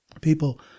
people